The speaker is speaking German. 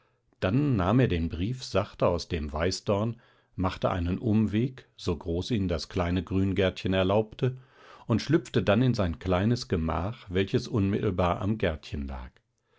dann nahm er den brief sachte aus dem weißdorn machte einen umweg so groß ihn das kleine grüngärtchen erlaubte und schlüpfte dann in sein kleines gemach welches unmittelbar am gärtchen lag